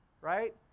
right